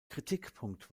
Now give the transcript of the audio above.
kritikpunkt